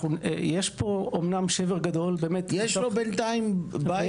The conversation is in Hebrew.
יש פה אמנם שבר גדול- -- יש לו בינתיים בית,